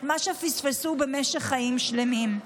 את מה שפספסו במשך חיים שלמים.